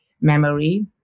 memory